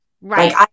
right